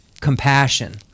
compassion